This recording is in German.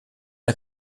der